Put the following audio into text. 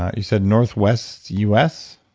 you said northwest us?